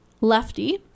lefty